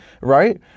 right